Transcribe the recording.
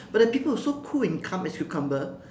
but there are people who is so cool and calm as cucumber